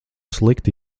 slikti